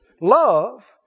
love